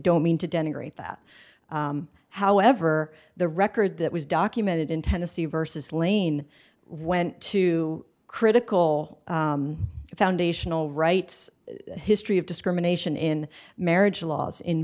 don't mean to denigrate that however the record that was documented in tennessee versus lane went to critical foundational rights history of discrimination in marriage laws in